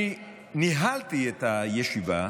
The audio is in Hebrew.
אני ניהלתי את הישיבה